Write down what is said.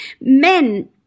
men